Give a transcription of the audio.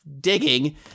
digging